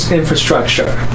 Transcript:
infrastructure